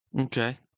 Okay